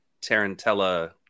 Tarantella